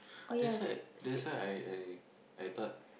that's why that's why I I I thought